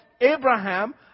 Abraham